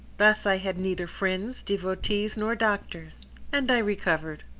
thus i had neither friends, devotees, nor doctors and i recovered.